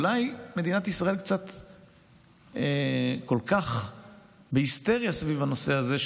אולי מדינת ישראל כל כך בהיסטריה סביב הנושא הזה,